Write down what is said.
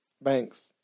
Banks